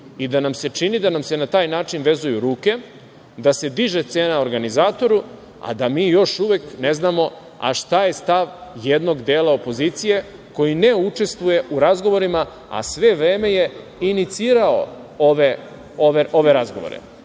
i da nam se čini da nam se na taj način vezuju ruku, da se diže cena organizatoru, a da mi još uvek ne znamo šta je stav deo jednog dela opozicije koji ne učestvuje u razgovorima, a sve vreme je inicirao ove razgovore.